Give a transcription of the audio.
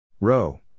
Row